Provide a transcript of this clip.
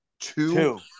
Two